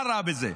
מה רע בזה?